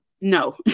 No